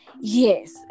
Yes